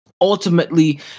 ultimately